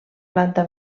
planta